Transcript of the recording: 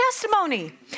testimony